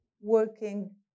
working